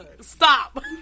stop